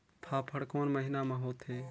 फाफण कोन महीना म होथे?